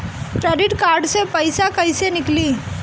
Credit card से पईसा केइसे निकली?